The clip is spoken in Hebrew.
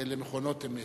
ולמכונות אמת.